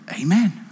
Amen